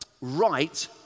right